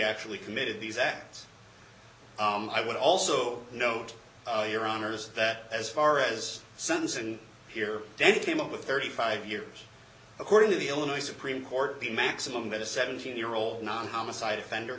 actually committed these acts i would also note your honour's that as far as sentence and here death came up with thirty five years according to the illinois supreme court the maximum that a seventeen year old non homicide offender